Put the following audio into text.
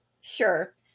sure